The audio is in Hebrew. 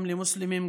גם למוסלמים,